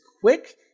quick